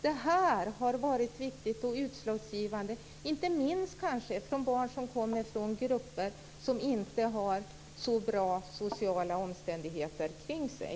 Det har varit viktigt och utslagsgivande inte minst för barn som har kommit från grupper som inte har så bra sociala omständigheter kring sig.